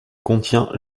contient